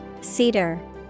Cedar